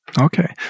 okay